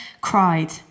cried